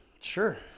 Sure